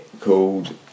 called